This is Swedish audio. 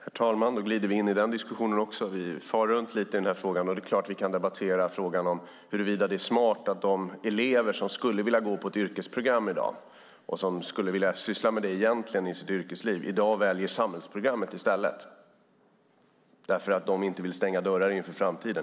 Herr talman! Då glider vi in i den diskussionen också. Vi far runt lite i den här frågan. Det är klart att vi kan debattera frågan huruvida det är smart att de elever som skulle vilja gå på ett yrkesprogram i dag och som egentligen skulle vilja göra det valet i sitt yrkesliv i dag väljer samhällsprogrammet i stället därför att de inte vill stänga dörrar inför framtiden.